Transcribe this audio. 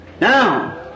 Now